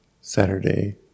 Saturday